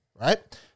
right